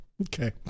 Okay